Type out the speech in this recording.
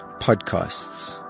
podcasts